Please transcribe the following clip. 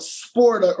sport